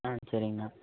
ஆ சரிங்கண்ணா